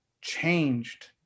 changed